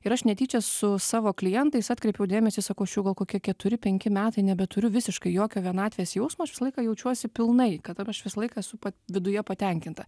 ir aš netyčia su savo klientais atkreipiau dėmesį sako aš jau gal kokie keturi penki metai nebeturiu visiškai jokio vienatvės jausmo aš visą laiką jaučiuosi pilnai kad dab aš visą laiką esu pa viduje patenkinta